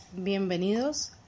bienvenidos